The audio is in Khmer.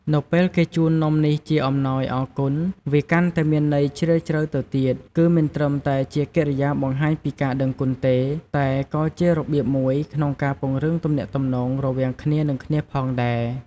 នៅពេលគេជូននំនេះជាអំណោយអរគុណ វាកាន់តែមានន័យជ្រាលជ្រៅទៅទៀត គឺមិនត្រឹមតែជាកិរិយាបង្ហាញពីការដឹងគុណទេ តែក៏ជារបៀបមួយក្នុងការពង្រឹងទំនាក់ទំនងរវាងគ្នា និងគ្នាផងដែរ